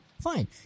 Fine